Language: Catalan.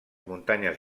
muntanyes